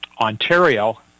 Ontario –